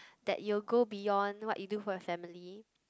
that you go beyond what you do for your family